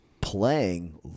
playing